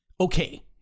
Okay